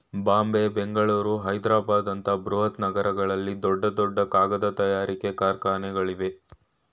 ಬಾಂಬೆ, ಬೆಂಗಳೂರು, ಹೈದ್ರಾಬಾದ್ ಅಂತ ಬೃಹತ್ ನಗರಗಳಲ್ಲಿ ದೊಡ್ಡ ದೊಡ್ಡ ಕಾಗದ ತಯಾರಿಕೆ ಕಾರ್ಖಾನೆಗಳಿವೆ